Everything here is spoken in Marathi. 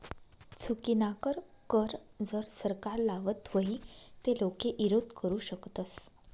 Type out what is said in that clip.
चुकीनाकर कर जर सरकार लावत व्हई ते लोके ईरोध करु शकतस